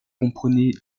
comprenait